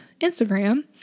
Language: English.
Instagram